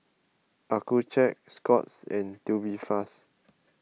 Accucheck Scott's and Tubifast